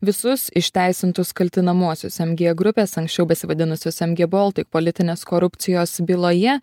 visus išteisintus kaltinamuosius mg grupės anksčiau besivadinusius mg baltic politinės korupcijos byloje